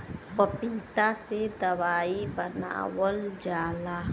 पपीता से दवाई बनावल जाला